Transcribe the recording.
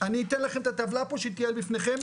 אני אתן לכם את הטבלה פה שתהיה בפניכם,